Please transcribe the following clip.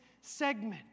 segment